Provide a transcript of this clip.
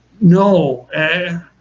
No